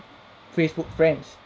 facebook friends